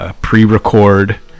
pre-record